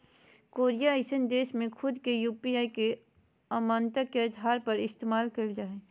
Korea जइसन देश में खुद के यू.पी.आई के मान्यता के आधार पर इस्तेमाल कईल जा हइ